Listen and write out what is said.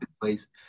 place